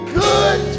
good